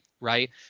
Right